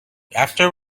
after